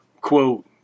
quote